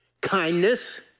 kindness